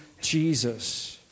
Jesus